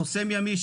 -- חוסם ימי,